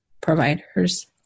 providers